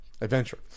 adventure